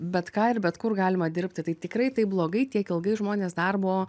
bet ką ir bet kur galima dirbti tai tikrai taip blogai tiek ilgai žmonės darbo